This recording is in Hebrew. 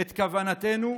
את כוונתנו.